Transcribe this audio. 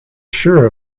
sure